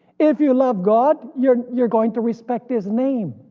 if you love god you're you're going to respect his name.